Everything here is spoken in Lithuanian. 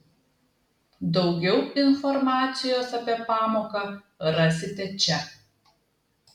daugiau informacijos apie pamoką rasite čia